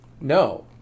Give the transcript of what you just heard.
No